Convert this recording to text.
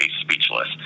Speechless